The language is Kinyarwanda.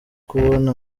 kubona